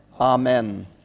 Amen